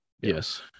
Yes